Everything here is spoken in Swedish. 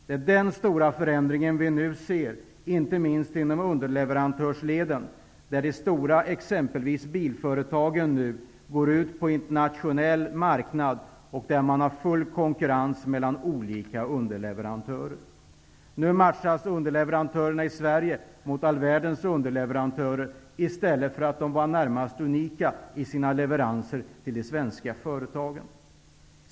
Det är den stora förändringen vi nu ser, inte minst inom underleverantörsleden, där de stora företagen, exempelvis bilföretagen, nu går ut på en internationell marknad, där det är full konkurrens mellan olika underleverantörer. Nu matchas underleverantörerna i Sverige mot all världens underleverantörer, i stället för att de var närmast unika i sina leveranser till de svenska företagen.